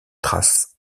trace